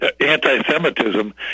anti-Semitism